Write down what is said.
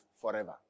forever